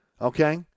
okay